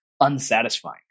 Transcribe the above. unsatisfying